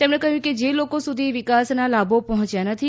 તેમણે કહ્યું કે જે લોકો સુધી વિકાસના લાભો પહોંચ્યા નથી